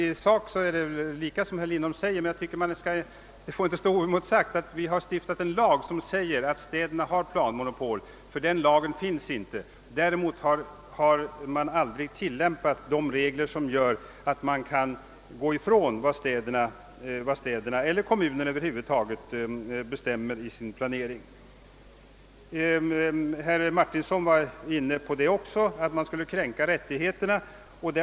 I sak är det riktigt som herr Lindholm säger, men han bör inte få stå oemotsagd när han hävdar att vi har stiftat en lag som säger att städerna har planmonopol, eftersom den lagen inte finns. De regler som tillåter att man går ifrån vad städer eller kommuner över huvud taget bestämmer om sin planering har man däremot aldrig tilllämpat. Herr Martinsson var också inne på tanken att man skulle kunna kränka de kommunala rättigheterna.